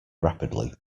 rapidly